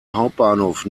hauptbahnhof